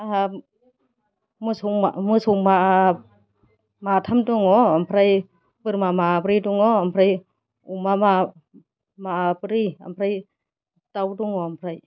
आंहा मोसौ माथाम दङ ओमफ्राय बोरमा माब्रै दङ ओमफ्राय अमा माब्रै ओमफ्राय दाउ दङ ओमफ्राय